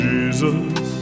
Jesus